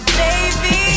baby